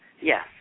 Yes